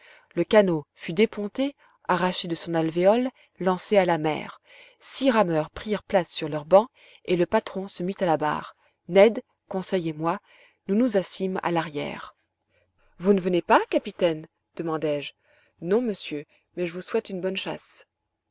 le canot fut déponté arraché de son alvéole lancé à la mer six rameurs prirent place sur leurs bancs et le patron se mit à la barre ned conseil et moi nous nous assîmes à l'arrière vous ne venez pas capitaine demandai-je non monsieur mais je vous souhaite une bonne chasse